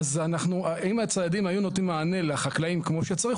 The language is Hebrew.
אם הציידים היו נותנים מענה לחקלאים כמו שצריך,